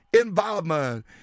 involvement